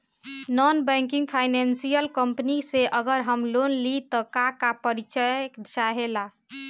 Non banking financial company से अगर हम लोन लि त का का परिचय चाहे ला?